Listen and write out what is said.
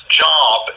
job